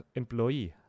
employee